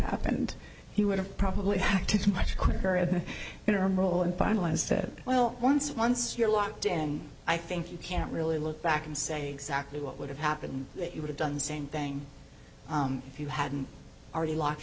happened he would have probably back to a much quicker of interim role and finalize that well once once you're locked in i think you can't really look back and say exactly what would have happened that you would've done the same thing if you hadn't already lock